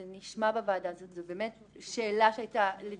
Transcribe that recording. זה נשמע בוועדה, זאת באמת שאלה שעלתה לדיון.